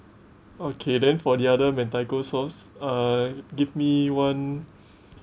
okay then for the other mentaiko sauce uh give me one